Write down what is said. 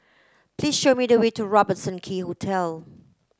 please show me the way to Robertson Quay Hotel